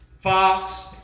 Fox